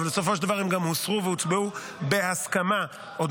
אבל בסופו של דבר הן גם הוסרו והוצבעו בהסכמה.